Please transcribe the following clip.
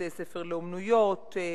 בתי-ספר לאומנויות,